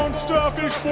and starfish